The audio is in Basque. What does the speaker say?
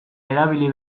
erabili